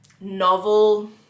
novel